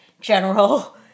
general